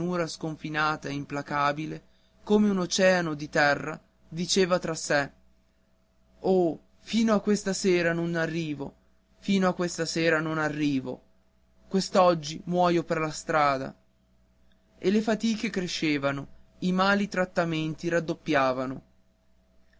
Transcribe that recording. sconfinata e implacabile come un oceano di terra diceva tra sé oh fino a questa sera non arrivo fino a questa sera non arrivo quest'oggi muoio per la strada e le fatiche crescevano i mali trattamenti raddoppiavano